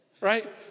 right